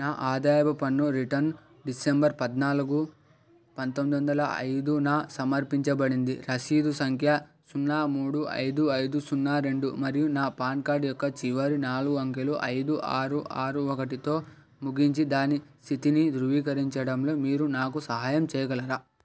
నా ఆదాయపు పన్ను రిటర్న్ డిసెంబర్ పద్నాలుగు పంతొమ్మిది వందల ఐదున సమర్పించబడింది రసీదు సంఖ్య సున్నా మూడు ఐదు ఐదు సున్నా రెండు మరియు నా పాన్ కార్డ్ యొక్క చివరి నాలుగు అంకెలు ఐదు ఆరు ఆరు ఒకటితో ముగించి దాని స్థితిని ధృవీకరించడంలో మీరు నాకు సహాయం చెయ్యగలరా